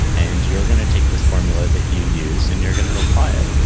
and you're gonna take this formula that you use, and you're gonna apply it,